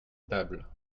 tables